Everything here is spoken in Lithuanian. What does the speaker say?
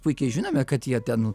puikiai žinome kad jie ten